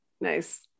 nice